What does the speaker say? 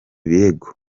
birego